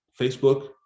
Facebook